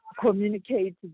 communicate